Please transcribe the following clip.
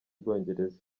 bwongereza